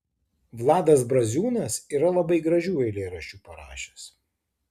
vladas braziūnas yra labai gražių eilėraščių parašęs